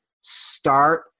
start